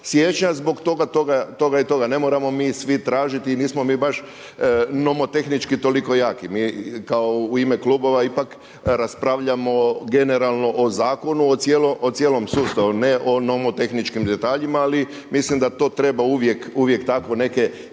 siječnja zbog toga, toga i toga. Ne moramo mi svi tražiti, nismo mi baš nomotehnički toliko jaki. Mi kao u ime klubova ipak raspravljamo generalno o zakonu, o cijelom sustavu, ne o nomotehničkim detaljima ali mislim da to treba uvijek tako neke